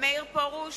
מאיר פרוש,